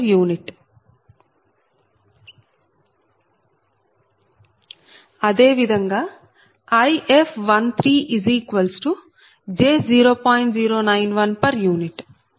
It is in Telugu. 091 p